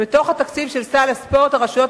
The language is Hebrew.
ובתוך התקציב של סל הספורט הרשויות